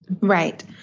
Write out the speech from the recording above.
Right